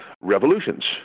revolutions